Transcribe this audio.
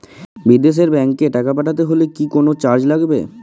বিদেশের ব্যাংক এ টাকা পাঠাতে হলে কি কোনো চার্জ লাগবে?